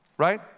right